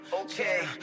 okay